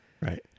right